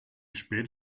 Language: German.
spät